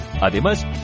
Además